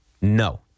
No